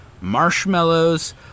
marshmallows